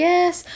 Yes